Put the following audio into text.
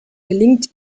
gelingt